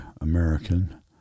American